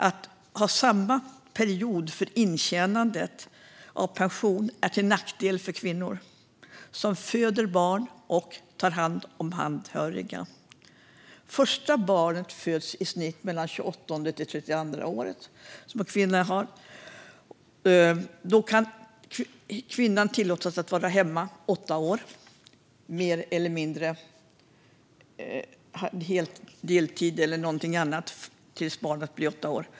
Att ha samma period för intjänande av pension är till nackdel för kvinnor som föder barn och tar hand om anhöriga. Första barnet föds när kvinnan är i genomsnitt mellan 28 och 32 år, och det är tillåtet för kvinnan att vara hemma på deltid eller annat tills barnet fyllt åtta år.